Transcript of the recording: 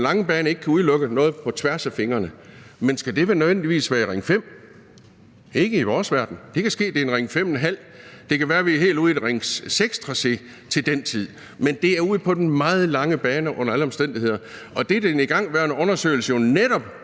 lange bane ikke kan udelukke noget på tværs af fingrene. Men skal det nødvendigvis være i Ring 5? Ikke i vores verden. Det kan ske, at det skal være en Ring 5½ – det kan være, at vi er helt ude i et Ring 6-regi til den tid. Det er ude på den meget lange bane under alle omstændigheder. Og det, som den igangværende undersøgelse jo netop